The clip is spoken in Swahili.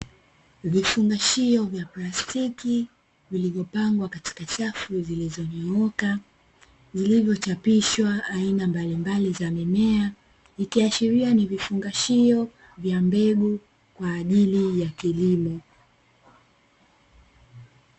Vifungashio vya plastiki vilivyopangwa katika safu zilizonyooka vilivyochapishwa aina mbalimbali za mimea, Vikiashiria ni vifungashio vya mbegu kwa ajili ya kilimo.